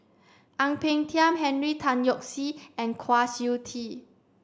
Ang Peng Tiam Henry Tan Yoke See and Kwa Siew Tee